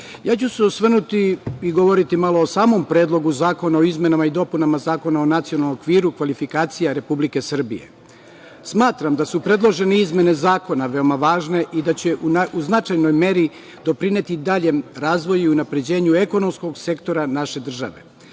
ja ću se osvrnuti i govoriti malo o samom Predlogu zakona o izmenama i dopunama Zakona o Nacionalnom okviru kvalifikacija Republike Srbije. Smatram da su predložene izmene zakona veoma važne i da će u značajnoj meri doprineti daljem razvoju i unapređenju ekonomskog sektora naše države. Veoma